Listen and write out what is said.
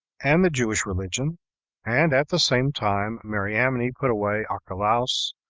and the jewish religion and, at the same time, mariamne put away archelaus,